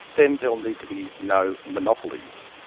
then there'll need to be no monopolies.